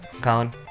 Colin